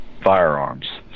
Firearms